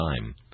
time